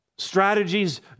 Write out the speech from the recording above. Strategies